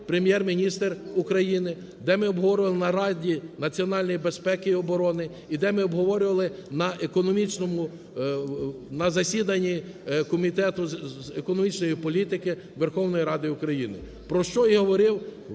Прем'єр-міністр України, де ми обговорювали на Раді національної безпеки і оборони і де ми обговорювали на економічному засіданні Комітету з економічної політики Верховної Ради України,